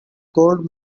gold